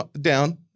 down